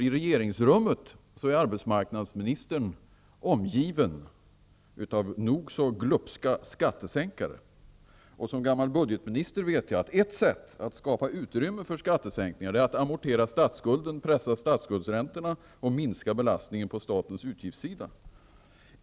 I regeringsrummet är arbetsmarknadsministern omgiven av nog så glupska skattesänkare. Som gammal budgetminister vet jag att ett sätt att skapa utrymme för skattesänkningar är att amortera statsskulden, pressa statsskuldsräntorna och minska belastningen på statens utgiftssida.